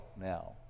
now